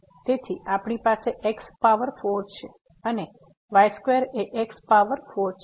તેથી આપણી પાસે x પાવર 4 છે અને y2 એ x પાવર 4 છે